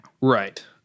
right